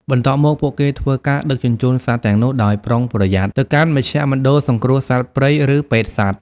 បន្ទាប់មក ពួកគេធ្វើការដឹកជញ្ជូនសត្វទាំងនោះដោយប្រុងប្រយ័ត្នទៅកាន់មជ្ឈមណ្ឌលសង្គ្រោះសត្វព្រៃ ឬពេទ្យសត្វ។